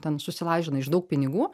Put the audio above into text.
ten susilažina iš daug pinigų